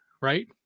right